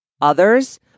others